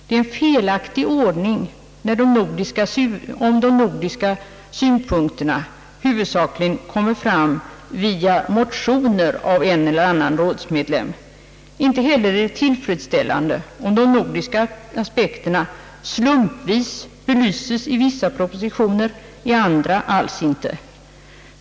Det är en felaktig ordning om de nordiska synpunkterna huvudsakligen kommer fram via motioner av en eller annan rådsmedlem. Inte heller är det tillfredsställande om de nordiska aspekterna slumpvis belyses i vissa propositioner, i andra alls inte.